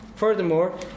Furthermore